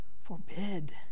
forbid